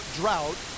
drought